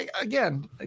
Again